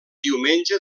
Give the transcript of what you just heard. diumenge